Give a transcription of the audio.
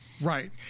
Right